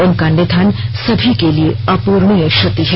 उनका निधन सभी के लिये अप्रणीय क्षति है